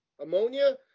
ammonia